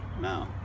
No